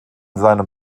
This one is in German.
seinem